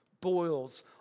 boils